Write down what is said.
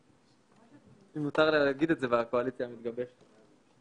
אם מותר להגיד את זה בקואליציה המתגבשת.